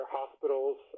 hospitals